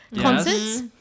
concerts